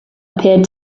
appeared